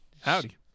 howdy